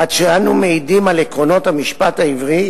עד שאנו מעידים על עקרונות המשפט העברי